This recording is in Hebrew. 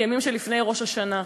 בימים שלפני ראש השנה,